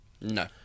No